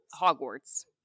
Hogwarts